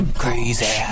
Crazy